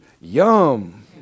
yum